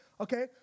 Okay